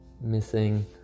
missing